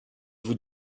vous